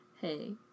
hey